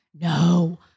No